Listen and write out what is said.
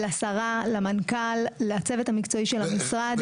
לשרה, למנכ"ל, לצוות המקצועי של המשרד.